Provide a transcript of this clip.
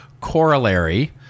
corollary